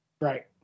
Right